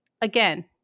Again